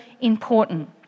important